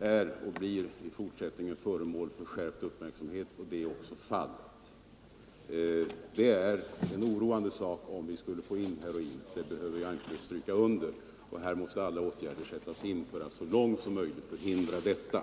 är och i fortsättningen blir föremål för skärpt uppmärksamhet. Så sker också. Om vi skulle få in heroin i landet vore det mycket oroande. Den saken behöver jag här inte understryka. Kraftiga åtgärder måste sättas in för att så långt möjligt förhindra det.